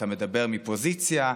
אתה מדבר מפוזיציה,